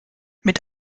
mit